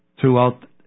throughout